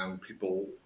people